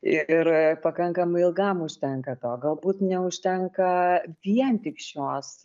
ir pakankamai ilgam užtenka to galbūt neužtenka vien tik šios